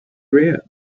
rare